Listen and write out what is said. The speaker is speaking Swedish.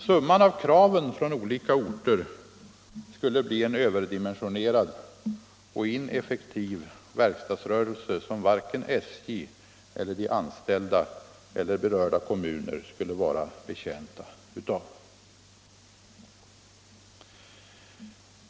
Summan av kraven från olika orter skulle innebära en överdimensionerad och ineffektiv verkstadsrörelse, som varken SJ, de anställda eller berörda kommuner skulle vara betjänta av.